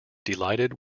delighted